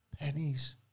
pennies